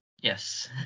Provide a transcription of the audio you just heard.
Yes